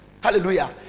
Hallelujah